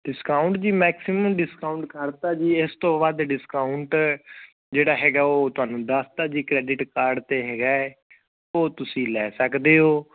discount ਜੀ maximum discount ਕਰ ਤਾ ਜੀ ਇਸ ਤੋਂ ਵੱਧ ਡਿਸਕਾਊਂਟ ਜਿਹੜਾ ਹੈਗਾ ਉਹ ਤੁਹਾਨੂੰ ਦੱਸ ਤਾ ਜੀ ਕ੍ਰੈਡਿਟ ਕਾਰਡ 'ਤੇ ਹੈਗਾ ਹੈ ਉਹ ਤੁਸੀਂ ਲੈ ਸਕਦੇ ਹੋ